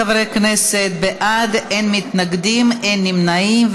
71 חברי כנסת בעד, אין מתנגדים ואין נמנעים.